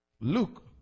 Luke